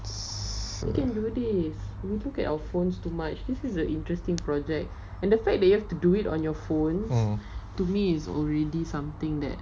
mm